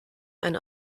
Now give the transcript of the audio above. ein